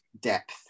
depth